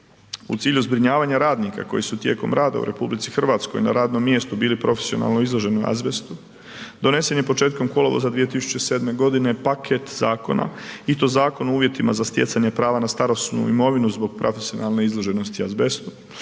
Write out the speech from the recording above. U cilju zbrinjavanja radnika koji su tijekom rada u RH na radnom mjestu bili profesionalno izloženi azbestu donesen je početkom kolovoza 2007. godine paket zakona i to Zakon o uvjetima za stjecanje prava na starosnu mirovinu zbog profesionalne izloženosti azbestu,